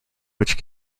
which